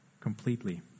completely